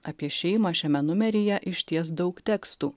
apie šeimą šiame numeryje išties daug tekstų